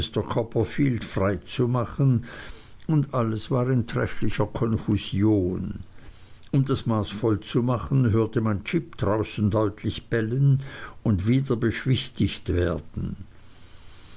copperfield frei zu machen und alles war in trefflicher konfusion um das maß voll zu machen hörte man jip draußen deutlich bellen und wieder beschwichtigt werden